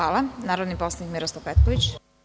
Reč ima narodni poslanik Miroslav Petković.